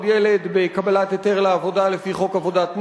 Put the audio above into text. ילד בקבלת היתר לעבודה לפי חוק עבודת הנוער,